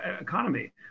economy